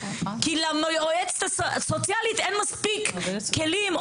כי ליועצת הסוציאלית אין מספיק כלים,